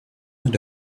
and